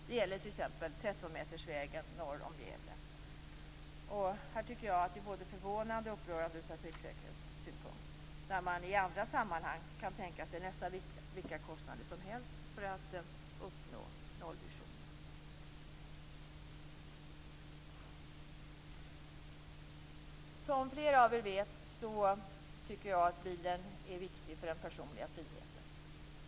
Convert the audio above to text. Det gäller t.ex. 13 metersvägen norr om Gävle. Det är både förvånande och upprörande från trafiksäkerhetssynpunkt, när man i andra sammanhang kan tänka sig nästan vilka kostnader som helst för att uppnå nollvisionen. Som flera av er vet tycker jag att bilen är viktig för den personliga friheten.